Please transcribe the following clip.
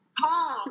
call